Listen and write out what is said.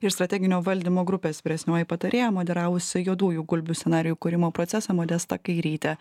ir strateginio valdymo grupės vyresnioji patarėja moderavusi juodųjų gulbių scenarijų kūrimo procesą modesta kairytė